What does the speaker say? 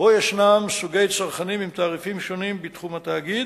שבו ישנם סוגי צרכנים עם תעריפים שונים בתחום התאגיד,